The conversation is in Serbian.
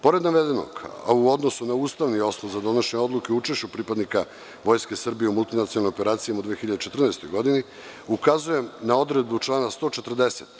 Pored navedenog, a u odnosu na ustavni osnov za donošenje odluke o učešću pripadnika Vojske Srbije u multinacionalnim operacijama u 2014. godini, ukazuje na odredbu člana 140.